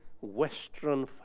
Western